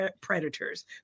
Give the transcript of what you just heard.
predators